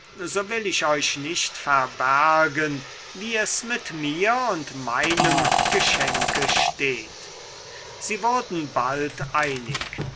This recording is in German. so will ich euch nicht verbergen wie es mit mir und meinem geschenke steht sie wurden bald einig